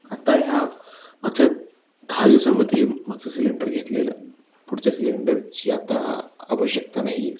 आता ह्या मागच्या दहा दिवसामध्ये मागचं सिलिंडर घेतलेलं पुढच्या सिलिंडरची आता आवश्यकता नाही आहे